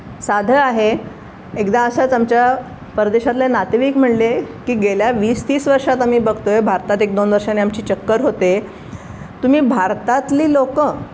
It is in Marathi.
साधं आहे एकदा असंच आमच्या परदेशातल्या नातेवाईक म्हणले की गेल्या वीस तीस वर्षात आम्ही बघतो आहे भारतात एक दोन वर्षाने आमची चक्कर होते तुम्ही भारतातली लोकं